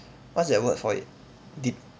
what's that word for it